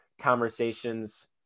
conversations